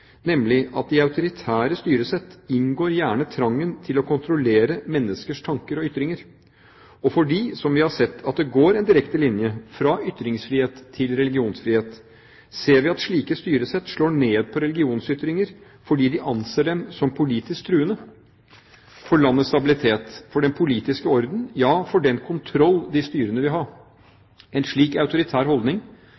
nemlig at i autoritære styresett inngår gjerne trangen til å kontrollere menneskers tanker og ytringer. Og fordi – som vi har sett – det går en direkte linje fra ytringsfrihet til religionsfrihet, ser vi at slike styresett slår ned på religionsytringer fordi de anser dem som politisk truende for landets stabilitet, for den politiske orden, ja for den kontroll de